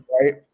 right